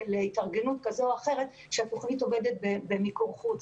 התארגנות כזו או אחרת שהתוכנית עובדת במיקור חוץ.